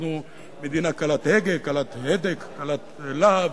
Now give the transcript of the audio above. אנחנו מדינה קלת הגה, קלת הדק על הלהב,